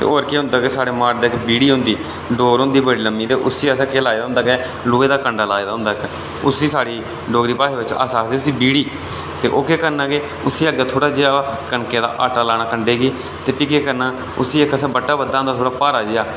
ते होर केह् होंदा साढ़े मारने ताहीं इक्क बीड़ी होंदी डोर होंदी बड़ी लम्मी ते उसी अग्गै असें केह् लाए दा होंदा ऐ लोहे दा कंढा लए दा होंदा इक डोगरी भाशा बिच अस आखदे उसी बीड़ी ते ओह् केह् करना की उसी अग्गें केह् करना कि कनकै दा आटा लाना कंढे गी ते प्ही केह् करना ते उसी असें केह् बद्धे दा होंदा भारा जेहा बट्टा बद्धे दा होंदा